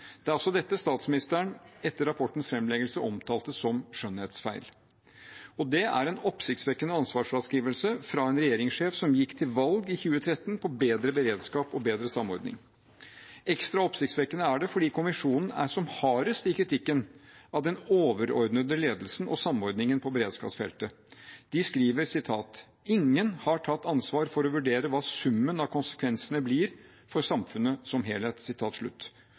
Det er altså dette statsministeren etter rapportens framleggelse omtalte som «skjønnhetsfeil». Det er en oppsiktsvekkende ansvarsfraskrivelse fra en regjeringssjef som gikk til valg i 2013 på bedre beredskap og bedre samordning. Ekstra oppsiktsvekkende er det fordi kommisjonen er som hardest i kritikken av den overordnede ledelsen og samordningen på beredskapsfeltet. De skriver at «ingen har tatt ansvar for å vurdere summen av konsekvensene for samfunnet som helhet».